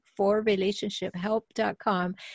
forrelationshiphelp.com